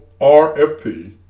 RFP